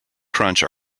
crunch